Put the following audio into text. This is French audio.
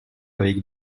avec